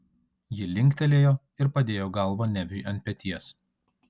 ji linktelėjo ir padėjo galvą neviui ant peties